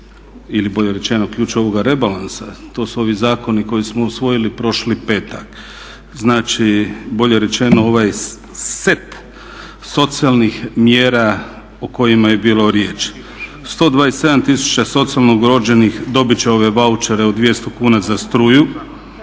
ili bolje rečeno ključ ovoga rebalansa, to su ovi zakoni koje smo usvojili prošli petak, znači bolje rečeno ovaj set socijalnih mjera o kojima je bilo riječi. 127 tisuća socijalno ugroženih dobiti će ove vaučere od 200 kuna za struju,